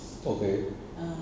okay